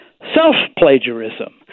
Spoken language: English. self-plagiarism